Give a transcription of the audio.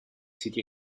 city